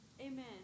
Amen